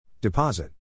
Deposit